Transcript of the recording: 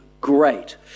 great